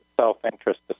self-interest